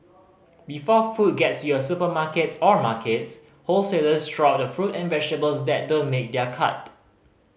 before food gets to your supermarkets or markets wholesalers throw out fruit and vegetables that don't make their cut